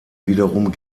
wiederum